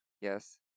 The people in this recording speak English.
yes